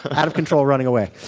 but out of control, running away.